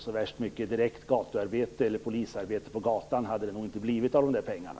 Så värst mycket direkt polisarbete på gatan hade det nog inte blivit av de där pengarna.